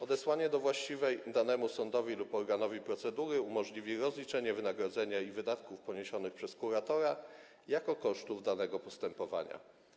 Odesłanie do właściwej danemu sądowi lub organowi procedury umożliwi rozliczenie wynagrodzenia i wydatków poniesionych przez kuratora jako kosztów danego postępowania.